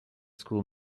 school